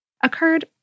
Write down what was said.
occurred